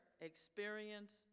experience